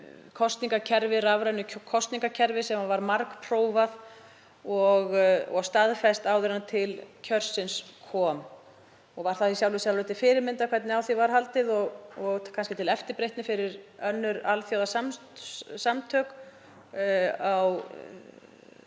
fjárhæðir í rafrænu kosningakerfi sem var margprófað og staðfest áður en til kjörsins kom. Var það í sjálfu sér til fyrirmyndar hvernig á því var haldið og kannski til eftirbreytni fyrir önnur alþjóðasamtök á